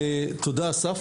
תודה אסף.